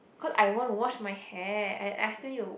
cause I wanna wash my hair and I still need to